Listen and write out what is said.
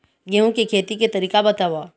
गेहूं के खेती के तरीका बताव?